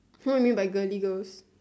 what you mean by girly girls